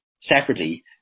separately